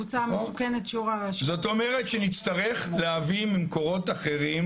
זאת אומרת שנצטרך להביא ממקורות אחרים